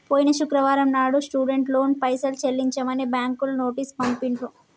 పోయిన శుక్రవారం నాడు స్టూడెంట్ లోన్ పైసలు చెల్లించమని బ్యాంకులు నోటీసు పంపిండ్రు